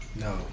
No